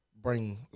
bring